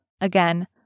Again